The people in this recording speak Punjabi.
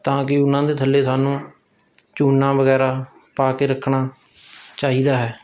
ਤਾਂ ਕਿ ਉਹਨਾਂ ਦੇ ਥੱਲੇ ਸਾਨੂੰ ਚੂਨਾ ਬਗੈਰਾ ਪਾ ਕੇ ਰੱਖਣਾ ਚਾਹੀਦਾ ਹੈ